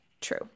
True